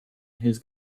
his